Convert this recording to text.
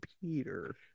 Peter